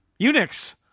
Unix